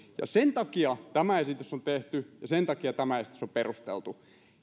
ja sen takia tämä esitys on tehty ja sen takia tämä esitys on perusteltu